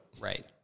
Right